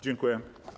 Dziękuję.